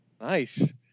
Nice